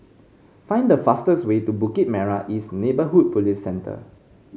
find the fastest way to Bukit Merah East Neighbourhood Police Centre